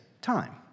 time